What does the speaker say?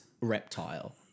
reptile